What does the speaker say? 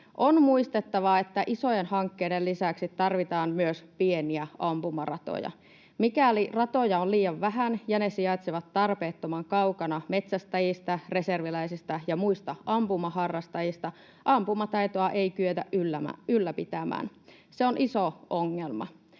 On muistettava, että isojen hankkeiden lisäksi tarvitaan myös pieniä ampumaratoja. Mikäli ratoja on liian vähän ja ne sijaitsevat tarpeettoman kaukana metsästäjistä, reserviläisistä ja muista ampumaharrastajista, ampumataitoa ei kyetä ylläpitämään. Se on iso ongelma.